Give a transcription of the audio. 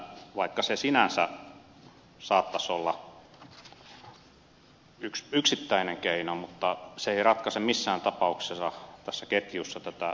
vaikka se sinänsä saattaisi olla yksittäinen keino se ei ratkaise missään tapauksessa tässä ketjussa tätä suomalaisten humalahakuista juomista